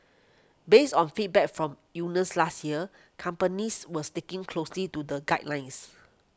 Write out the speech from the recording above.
based on feedback from unions last year companies were sticking closely to the guidelines